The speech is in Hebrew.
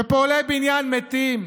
ופועלי בניין מתים,